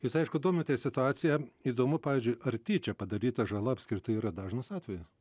jūs aišku domitės situacija įdomu pavyzdžiui ar tyčia padaryta žala apskritai yra dažnas atvejis